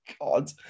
God